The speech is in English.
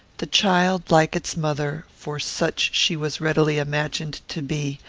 the child, like its mother, for such she was readily imagined to be,